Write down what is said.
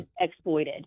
exploited